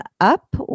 up